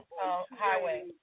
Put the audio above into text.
highway